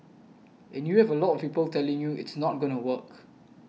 and you have a lot of people telling you it's not gonna work